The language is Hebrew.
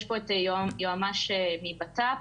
יש פה את היועץ המשפטי מבט"פ.